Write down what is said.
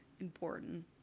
important